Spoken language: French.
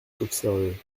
qu’observer